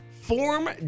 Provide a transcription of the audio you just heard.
Form